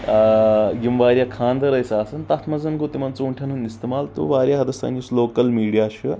آ یِم واریاہ کھانٛدر ٲسۍ آسان تتھ منٛز گوٚو تِمن ژوٗنٛٹھٮ۪ن ہُنٛد استعمال تو واریاہ حدس تام یُس لوکل میٖڈیا چھُ